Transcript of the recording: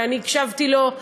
ואני הקשבתי לו,